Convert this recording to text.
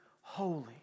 holy